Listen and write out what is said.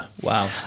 Wow